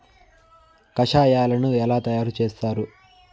కషాయాలను ఎలా తయారు చేస్తారు?